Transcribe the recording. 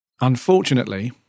unfortunately